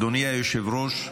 אדוני היושב-ראש,